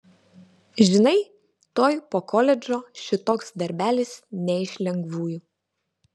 žinai tuoj po koledžo šitoks darbelis ne iš lengvųjų